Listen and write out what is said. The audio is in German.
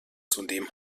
zudem